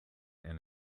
and